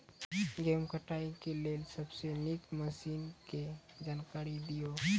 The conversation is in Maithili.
गेहूँ कटाई के लेल सबसे नीक मसीनऽक जानकारी दियो?